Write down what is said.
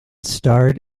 starred